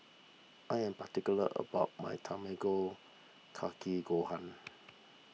I am particular about my Tamago Kake Gohan